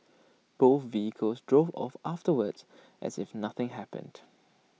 both vehicles drove off afterwards as if nothing happened